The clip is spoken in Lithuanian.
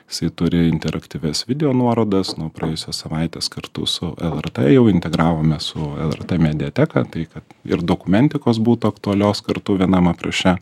jisai turi interaktyvias video nuorodas nuo praėjusios savaitės kartu su lrt jau integravome su lrt mediateka tai kad ir dokumentikos būtų aktualios kartu vienam apraše